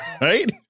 right